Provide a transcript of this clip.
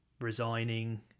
resigning